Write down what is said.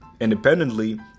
independently